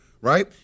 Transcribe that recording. right